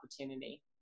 opportunity